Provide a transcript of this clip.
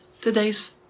Today's